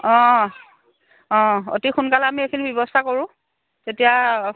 অঁ অঁ অতি সোনকালে আমি এইখিনি ব্যৱস্থা কৰোঁ তেতিয়া